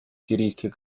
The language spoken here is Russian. сирийских